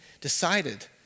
decided